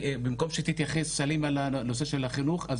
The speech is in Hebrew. במקום שסלימה תתייחס לנושא של החינוך אז